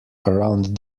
around